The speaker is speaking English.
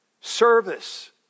Service